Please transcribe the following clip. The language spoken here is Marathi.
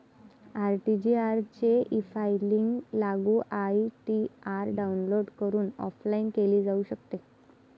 आई.टी.आर चे ईफायलिंग लागू आई.टी.आर डाउनलोड करून ऑफलाइन केले जाऊ शकते